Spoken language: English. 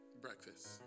breakfast